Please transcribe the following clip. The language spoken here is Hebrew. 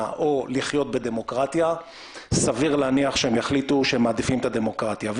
או לחיות בדמוקרטיה סביר להניח שהם יחליטו שהם מעדיפים את הדמוקרטיה.